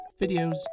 videos